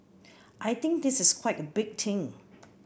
I think this is quite a big thing